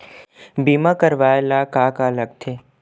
बीमा करवाय ला का का लगथे?